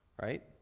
right